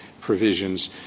provisions